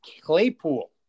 Claypool